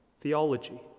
theology